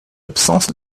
absence